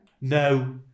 No